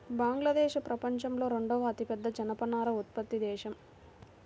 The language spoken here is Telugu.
బంగ్లాదేశ్ ప్రపంచంలో రెండవ అతిపెద్ద జనపనార ఉత్పత్తి దేశం